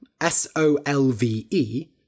S-O-L-V-E